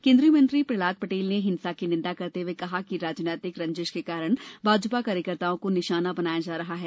केन्द्रीय मंत्री प्रहलाद पटेल ने हिंसा की निंदा करते हुए कहा कि राजनीतिक रंजीश के कारण भाजपा कार्यकर्ताओं को निशाना बनाया जा रहा है